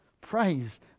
Praise